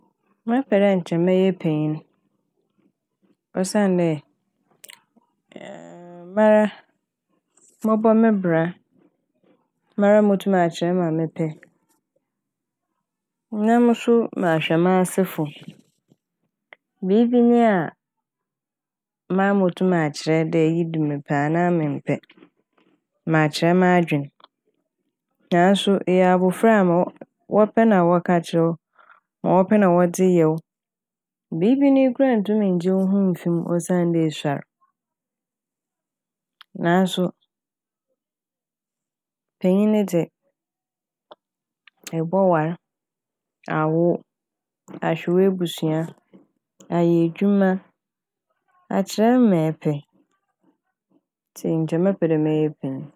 Mɛpɛ dɛ nkyɛ mɛyɛ panyin osiandɛ mara mɔbɔ me bra, mara motum makyerɛ ma mepɛ na moso mahwɛ m'asefo. Biibi nyi a maa motum akyerɛ dɛ iyi de mepɛ anaa memmpɛ. Makyerɛ m'adwen naaso eyɛ abofra a ma wɔ- wɔpɛ na wɔkɛkyerɛ wo, ma wɔpɛ na wɔdze yɛ wo biibii nyi koraa a nntum nngye wo ho mfi m' osiandɛ esuar. Naaso panyin dze ɛbɔwar, awo, ahwɛ w'ebusua, ayɛ edwuma, akyerɛ ma epɛ ntsi nkyɛ mɛpɛ dɛ mɛyɛ panyin.